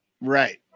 Right